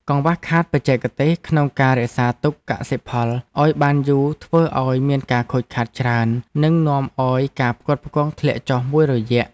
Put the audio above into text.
កង្វះខាតបច្ចេកទេសក្នុងការរក្សាទុកកសិផលឱ្យបានយូរធ្វើឱ្យមានការខូចខាតច្រើន និងនាំឱ្យការផ្គត់ផ្គង់ធ្លាក់ចុះមួយរយៈ។